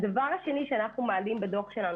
והדבר השני שאנחנו מעלים בדוח שלנו,